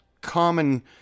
common